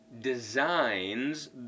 designs